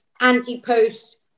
anti-post